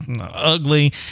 ugly